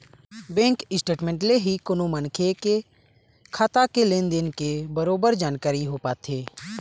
bank statement ले ही कोनो मनखे के खाता के लेन देन के बरोबर जानकारी हो पाथे